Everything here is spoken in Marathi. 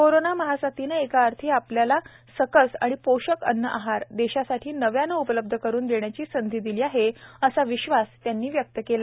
कोरोना महासाथीने एका अर्थी आपल्याला सकस आणि पोषक अन्न आहार देशासाठी नव्याने उपलब्ध करून देण्याची संधी दिली आहे असा विश्वासही त्यांनी व्यक्त केला